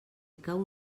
cau